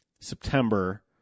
September